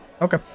Okay